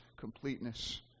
completeness